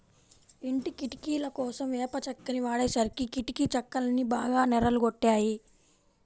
ఇంటి కిటికీలకోసం వేప చెక్కని వాడేసరికి కిటికీ చెక్కలన్నీ బాగా నెర్రలు గొట్టాయి